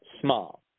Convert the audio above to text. small